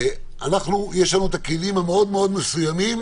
יש לנו כלים מאוד מאוד מסוימים